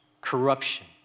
corruption